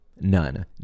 None